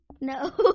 No